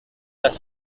las